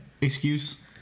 Excuse